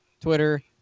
twitter